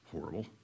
horrible